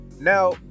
now